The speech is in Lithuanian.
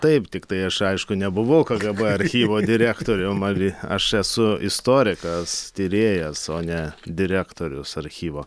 taip tiktai aš aišku nebuvau kagėbė archyvo direktorium ar aš esu istorikas tyrėjas o ne direktorius archyvo